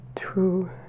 true